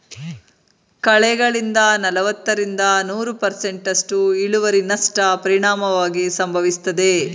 ಕಳೆಗಳಿಂದ ನಲವತ್ತರಿಂದ ನೂರು ಪರ್ಸೆಂಟ್ನಸ್ಟು ಇಳುವರಿನಷ್ಟ ಪರಿಣಾಮವಾಗಿ ಸಂಭವಿಸ್ತದೆ